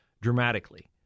dramatically